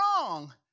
wrong